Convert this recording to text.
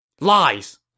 Lies